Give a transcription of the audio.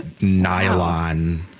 nylon